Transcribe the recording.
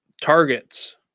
targets